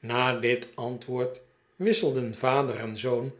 na dit antwoord wisselden vader en zoon